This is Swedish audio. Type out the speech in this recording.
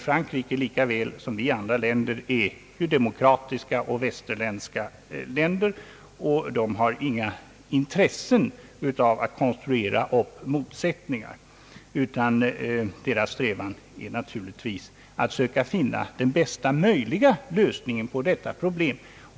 Frankrike lika väl som andra västeuropeiska länder är demokratiskt och har inget intresse av att konstruera upp motsättningar. Landets strävan är naturligtvis att söka finna den bästa möjliga lösningen på detta problem.